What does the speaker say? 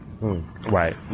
Right